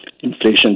inflation